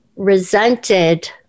Resented